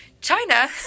China